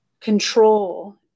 control